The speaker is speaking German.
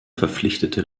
verpflichtete